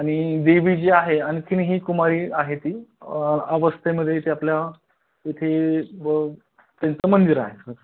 आणि देवी जी आहे आणखी ही कुमारी आहे ती अवस्थेमध्ये इथे आपल्या इथे त्यांचं मंदिर आहे स